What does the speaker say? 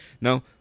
Now